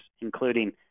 including